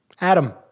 adam